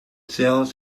sales